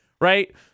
right